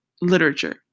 literature